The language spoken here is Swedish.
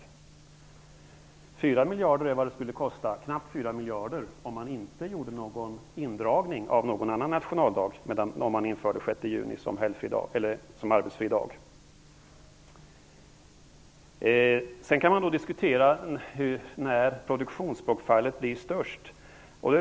Knappt 4 miljarder är vad det skulle kosta om man inte gjorde någon indragning av någon annan helgdag när man inför den Sedan kan man diskutera när produktionsbortfallet blir störst.